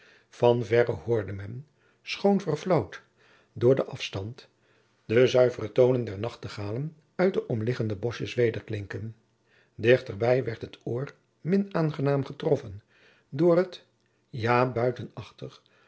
van verre hoorde men schoon verflaauwd door den afstand de zuivere toonen der nachtegalen uit de omliggende boschjens wederklinken dichterbij werd het oor min aangenaam getroffen jacob van lennep de pleegzoon door het ja